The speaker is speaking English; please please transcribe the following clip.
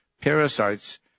parasites